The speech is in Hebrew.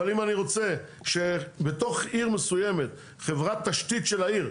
אבל אם אני רוצה שתוך עיר מסוימת חברת תשתית של העיר,